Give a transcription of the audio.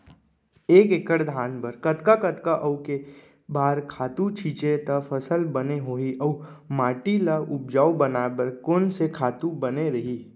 एक एक्कड़ धान बर कतका कतका अऊ के बार खातू छिंचे त फसल बने होही अऊ माटी ल उपजाऊ बनाए बर कोन से खातू बने रही?